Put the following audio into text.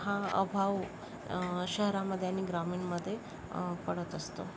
हा अभाव शहरामध्ये आणि ग्रामीणमध्ये पडत असतो